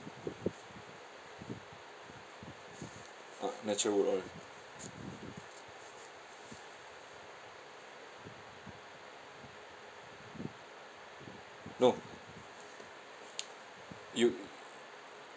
ah natural wood oil no you